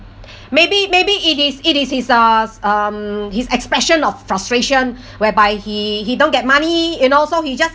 maybe maybe it is it is his uh um his expression of frustration whereby he he don't get money you know so he just